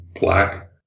black